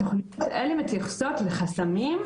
התכניות האלה מתייחסות לחסמים,